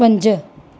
पंज